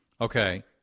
Okay